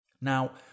Now